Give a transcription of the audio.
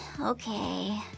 okay